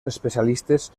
especialistes